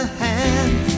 hand